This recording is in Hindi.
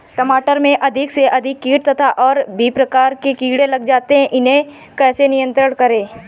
टमाटर में अधिक से अधिक कीट तथा और भी प्रकार के कीड़े लग जाते हैं इन्हें कैसे नियंत्रण करें?